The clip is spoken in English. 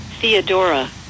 Theodora